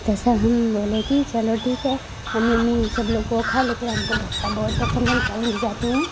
तो सब हम बोले कि चलो ठीक है मम्मी ओम्मी सब लोग वो खाए लेकिन हमको डोसा बहुत पसंद है हम कहीं भी जाते हैं